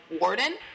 Warden